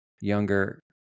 younger